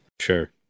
Sure